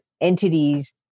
entities